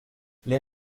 les